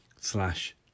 slash